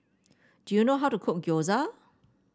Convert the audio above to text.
do you know how to cook Gyoza